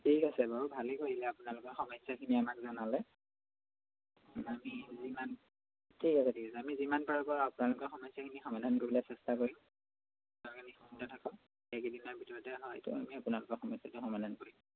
ঠিক আছে বাৰু ভালেই কৰিলে আপোনালোকৰ সমস্যাখিনি আমাক জনালে ঠিক আছে ঠিক আছে আমি যিমান পাৰোঁ বাৰু আপোনালোকৰ সমস্যাখিনি সমাধান কৰিবলৈ চেষ্টা কৰিম সময়তে থাকক এইকেইদিনৰ ভিতৰতে হয়তো আমি আপোনালোকৰ সমস্যাটো সমাধান কৰিম